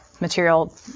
Material